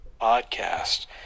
podcast